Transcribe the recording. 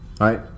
Right